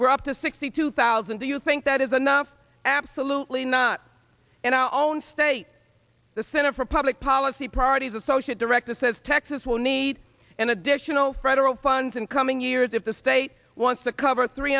we're up to sixty two thousand do you think that is enough absolutely not and our own state the center for public policy priorities associate director says texas will need an additional federal funds in coming years if the state wants to cover three